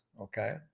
okay